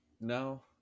No